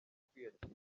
kwiyakira